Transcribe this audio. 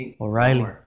O'Reilly